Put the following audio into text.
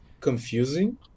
confusing